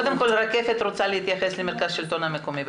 רקפת רוצה להתייחס לדברי נציגת השלטון המקומי.